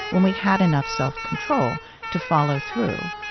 when we had enough self-control to follow through.